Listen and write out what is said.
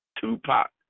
Tupac